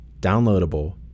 downloadable